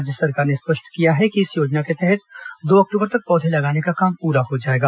राज्य सरकार ने स्पष्ट किया है कि इस योजना के तहत दो अक्टूबर तक पौधे लगाने का काम पूरा हो जाएगा